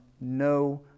no